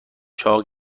چاق